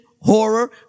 horror